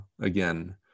again